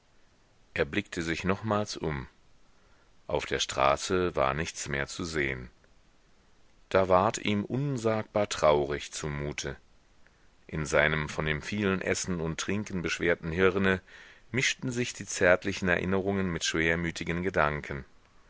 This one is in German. er blickte sich nochmals um auf der straße war nichts mehr zu sehen da ward ihm unsagbar traurig zumute in seinem von dem vielen essen und trinken beschwerten hirne mischten sich die zärtlichen erinnerungen mit schwermütigen gedanken